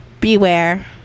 beware